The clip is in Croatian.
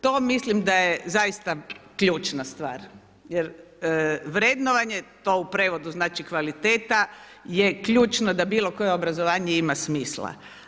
To mislim da je zaista ključna stvar jer vrednovanje, to u prijevodu znači kvaliteta, je ključno da bilokoje obrazovanje ima smisla.